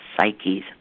psyche's